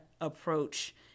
approach